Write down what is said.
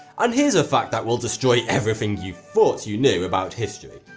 and here's a fact that will destroy everything you thought you knew about history,